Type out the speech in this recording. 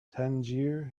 tangier